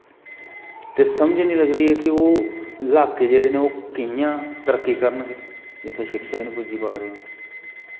ते समझ नी लगदी की ओह् लाह्के जेह्ड़े न ओह् कियां तरक्की करन गे जित्थें शिक्षा ई नी पुज्जी पा दी